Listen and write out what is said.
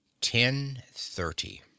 Ten-thirty